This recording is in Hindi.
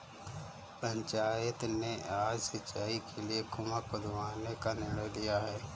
पंचायत ने आज सिंचाई के लिए कुआं खुदवाने का निर्णय लिया है